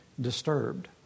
disturbed